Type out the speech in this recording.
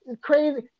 Crazy